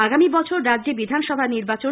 আগামী বছর রাজ্যে বিধানসভা নির্বাচন